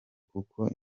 kuko